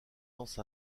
lance